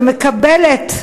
ומקבלת,